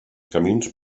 camins